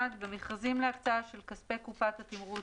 (1)במכרזים להקצאה של כספי קופת התמרוץ